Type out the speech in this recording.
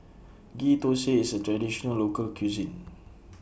Ghee Thosai IS A Traditional Local Cuisine